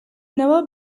never